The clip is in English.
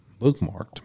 bookmarked